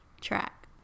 track